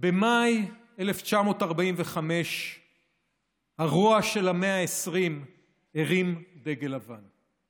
במאי 1945 הרוע של המאה ה-20 הרים דגל לבן.